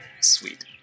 sweet